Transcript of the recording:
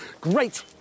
Great